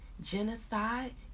genocide